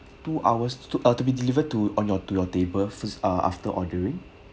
two hours uh to ah to be delivered to on your your table fir~ uh after ordering